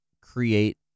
create